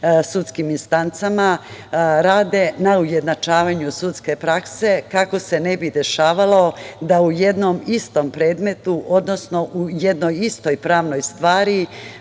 sudskim instancama rade na ujednačavanju sudske prakse kako se ne bi dešavalo da u jednom istom predmetu, odnosno u jednoj istoj pravnoj stvari